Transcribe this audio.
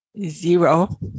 Zero